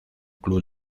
club